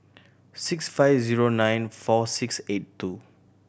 six five zero nine four six eight two